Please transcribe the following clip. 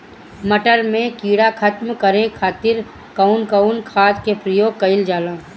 मटर में कीड़ा खत्म करे खातीर कउन कउन खाद के प्रयोग कईल जाला?